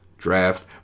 draft